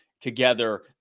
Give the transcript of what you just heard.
together